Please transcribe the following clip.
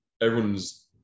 everyone's